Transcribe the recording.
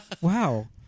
wow